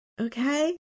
Okay